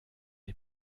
est